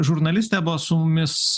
žurnalistė buvo su mumis